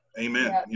Amen